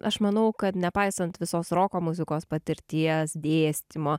aš manau kad nepaisant visos roko muzikos patirties dėstymo